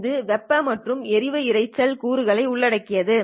இது வெப்ப மற்றும் எறிவு இரைச்சல் கூறுகளை உள்ளடக்கியது